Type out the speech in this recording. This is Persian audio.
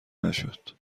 نشد